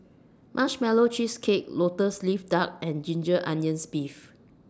Marshmallow Cheesecake Lotus Leaf Duck and Ginger Onions Beef